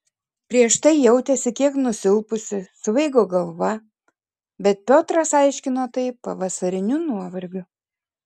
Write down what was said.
prieš tai jautėsi kiek nusilpusi svaigo galva bet piotras aiškino tai pavasariniu nuovargiu